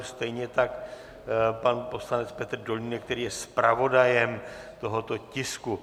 Stejně tak pan poslanec Petr Dolínek, který je zpravodajem tohoto tisku.